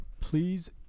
please